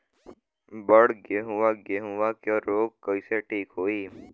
बड गेहूँवा गेहूँवा क रोग कईसे ठीक होई?